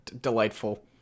delightful